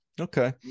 Okay